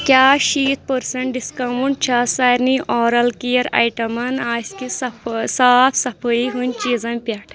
کیٛاہ شیٖتھ percent discount چھا سارنی اورل کِیر آیٹمَن آس کہِ صفٲ صاف صفٲیی ہِنٛدۍ چیٖزن پٮ۪ٹھ